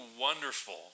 wonderful